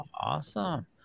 Awesome